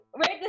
Right